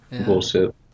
bullshit